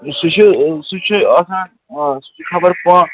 سُہ چھُ سُہ چھُ آسان سُہ چھُ خبر پا